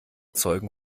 zeugen